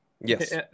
Yes